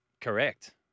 Correct